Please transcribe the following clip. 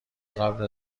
قبل